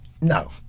No